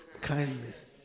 kindness